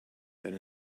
then